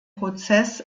prozess